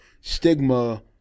stigma